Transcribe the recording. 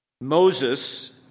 Moses